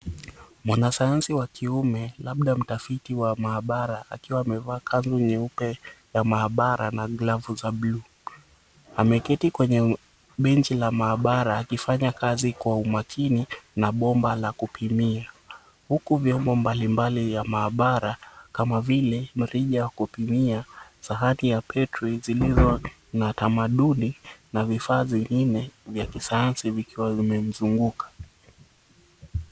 Mwanasayansi kiume, labda mtafiti wa maabara, akiwa amevaa kanzu nyeupe ya maabara na glavu za bluu, ameketi kwenye benchi la maabara akifanya kazi kwa umakini na bomba la kupimia. Huku vyombo mbalimbali vya maabara kama vile mrija wa kupimia, sahani ya petri zilizo na tamaduni na vifaa vingine vya kisayansi vikiwa vimemzunguka.